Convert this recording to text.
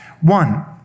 One